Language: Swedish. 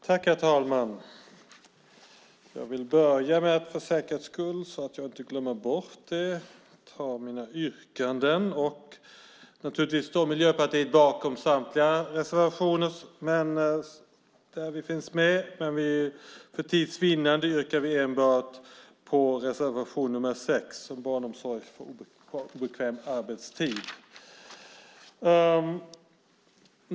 Herr talman! För säkerhets skull börjar jag med, så att jag inte glömmer bort det, att lägga fram mina yrkanden. Naturligtvis står Miljöpartiet bakom samtliga reservationer där vi finns med, men för tids vinnande yrkar vi bifall enbart till reservation nr 6 om barnomsorg på obekväm arbetstid.